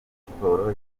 siporo